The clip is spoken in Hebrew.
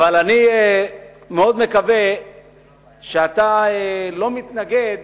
אני מאוד מקווה שאתה לא מתנגד